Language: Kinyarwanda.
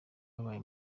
yabaye